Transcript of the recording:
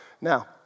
Now